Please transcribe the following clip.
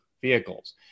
vehicles